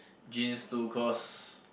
genes to cause